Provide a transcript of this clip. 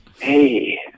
Hey